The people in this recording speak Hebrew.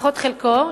לפחות חלקו,